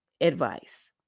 advice